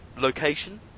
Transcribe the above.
location